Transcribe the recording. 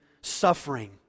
suffering